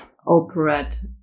Operate